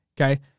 Okay